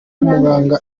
umuganga